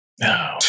No